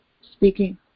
speaking